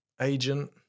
agent